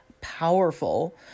powerful